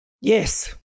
Yes